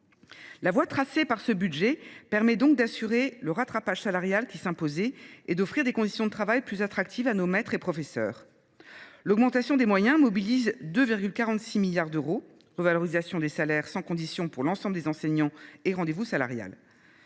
La voie tracée par ce budget permet donc d’assurer le rattrapage salarial qui s’imposait et d’offrir des conditions de travail plus attractives à nos maîtres et professeurs. L’augmentation des moyens mobilise 2,46 milliards d’euros, au titre de la revalorisation des salaires sans condition accordée à l’ensemble des enseignants et du rendez vous salarial.